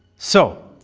so,